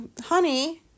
honey